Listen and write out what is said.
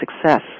success